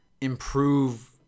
improve